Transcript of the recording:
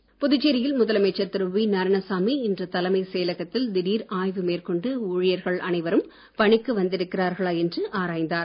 நாராயணசாமி புதுச்சேரியில் முதலமைச்சர் திரு வி நாராயணசாமி இன்று தலைமைச் செயலகத்தில் திடீர் ஆய்வு மேற்கொண்டு ஊழியர்கள் அனைவரும் பணிக்கு வந்திருக்கிறார்களா என்று ஆராய்ந்தார்